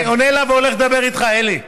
אני עונה לה והולך לדבר איתך, אלי.